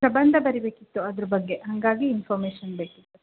ಪ್ರಬಂಧ ಬರೀಬೇಕಿತ್ತು ಅದ್ರ ಬಗ್ಗೆ ಹಾಗಾಗಿ ಇನ್ಫಾರ್ಮೇಷನ್ ಬೇಕಿತ್ತು